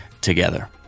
together